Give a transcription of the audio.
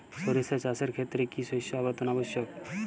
সরিষা চাষের ক্ষেত্রে কি শস্য আবর্তন আবশ্যক?